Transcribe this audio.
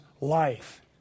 life